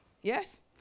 Yes